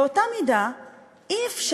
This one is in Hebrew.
באותה מידה אי-אפשר